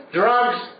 drugs